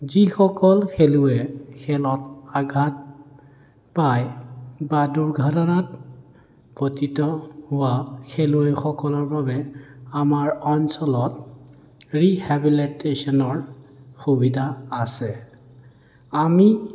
যিসকল খেলুৱৈ খেলত আঘাত পায় বা দুৰ্ঘাটনাত পতিত হোৱা খেলুৱৈসকলৰ বাবে আমাৰ অঞ্চলত ৰিহেবিলিটেশ্যনৰ সুবিধা আছে আমি